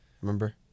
Remember